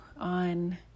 on